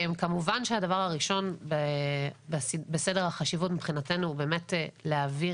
כמובן שהדבר הראשון בסדר החשיבות מבחינתנו הוא להעביר